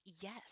Yes